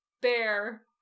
bear